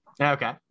Okay